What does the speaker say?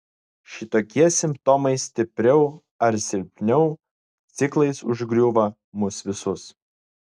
šitokie simptomai stipriau ar silpniau ciklais užgriūva mus visus